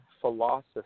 philosophy